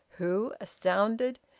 who, astounded,